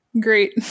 Great